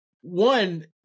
one